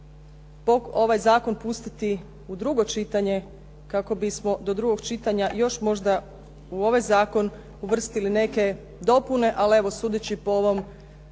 ovaj zakon pustiti u drugo čitanje kako bismo do drugog čitanja još možda u ovaj zakon uvrstili neke dopune, ali evo sudeći po ovom